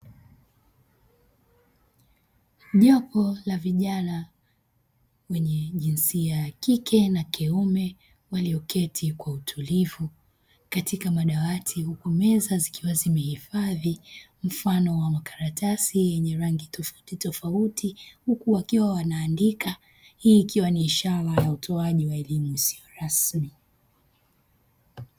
Jopo la vijana wenye jinsia ya kike na kiume; walioketi kwa utulivu katika madawati, huku meza zikiwa zimehifadhi mfano wa makaratasi yenye rangi tofautitofauti huku wakiwa wana, hii ikiwa ni ishara ya utoaji wa elimu isiyo rasmi.